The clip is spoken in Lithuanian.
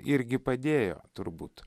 irgi padėjo turbūt